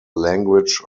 language